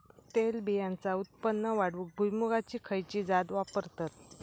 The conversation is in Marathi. तेलबियांचा उत्पन्न वाढवूक भुईमूगाची खयची जात वापरतत?